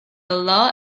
law